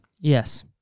Yes